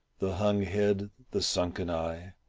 the hung head, the sunken eye,